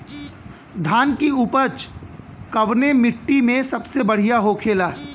धान की उपज कवने मिट्टी में सबसे बढ़ियां होखेला?